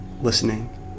listening